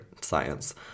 science